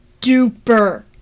duper